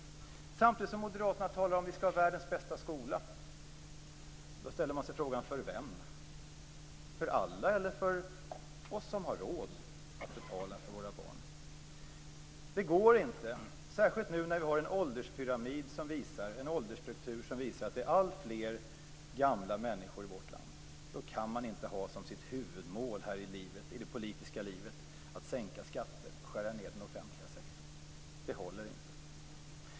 Samtidigt talar Moderaterna om att vi skall ha världens bästa skolan. Då ställer man sig frågan: För vem? För alla eller för oss som har råd att betala för våra barn? Vi har nu en åldersstruktur som visar att det blir alltfler gamla människor i vårt land. Då kan man inte ha som sitt huvudmål i det politiska livet att sänka skatter och skära ned den offentliga sektorn. Det håller inte.